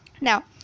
Now